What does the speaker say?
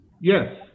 Yes